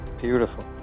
beautiful